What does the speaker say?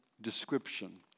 description